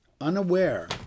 unaware